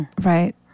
Right